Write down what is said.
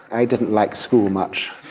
i didn't like school much.